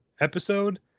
episode